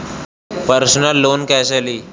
Personal loan कैसे ली?